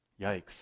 Yikes